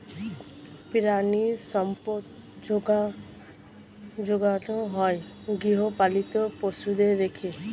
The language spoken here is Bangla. প্রাণিসম্পদ যোগানো হয় গৃহপালিত পশুদের রেখে